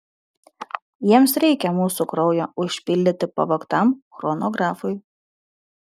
jiems reikia mūsų kraujo užpildyti pavogtam chronografui